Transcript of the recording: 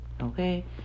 Okay